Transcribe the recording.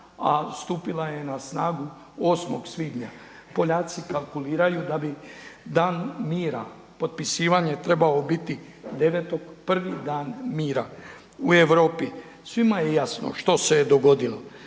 a stupila je na snagu 8. svibnja. Poljaci kalkuliraju da bi dan mira, potpisivanje trebalo biti devetog prvi dan mira. U Europi svima je jasno što se je dogodilo.